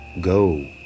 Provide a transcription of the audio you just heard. Go